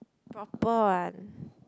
proper one